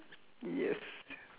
yes